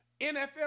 NFL